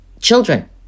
children